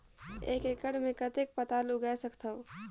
एक एकड़ मे कतेक पताल उगाय सकथव?